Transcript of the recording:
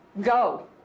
go